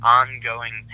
ongoing